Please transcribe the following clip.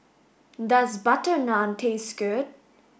does butter naan taste good